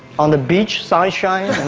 on? the beach sunshine